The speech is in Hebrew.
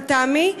לטעמי,